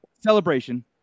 celebration